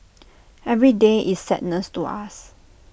every day is sadness to us